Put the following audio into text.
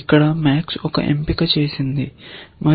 ఇప్పుడు గుర్తుంచుకోండి అటువంటి ఉప వృక్షాన్ని స్ట్రాటజీ అంటారు